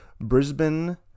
Brisbane